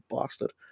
bastard